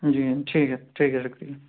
جی ٹھیک ہے ٹھیک ہے شکریہ